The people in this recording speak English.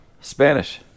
Spanish